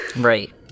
Right